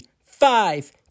five